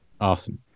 Awesome